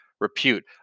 repute